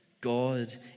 God